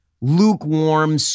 lukewarm